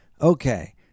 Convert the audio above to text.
Okay